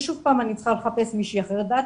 ושוב פעם אני צריכה לחפש מישהי אחרת ועד